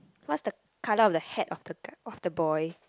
what's the colour of the hat of the guy of the boy